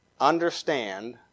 understand